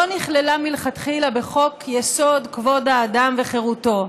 נכללה מלכתחילה בחוק-יסוד: כבוד האדם וחירותו.